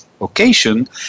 occasion